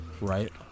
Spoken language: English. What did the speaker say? Right